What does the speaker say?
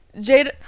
Jade